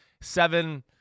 seven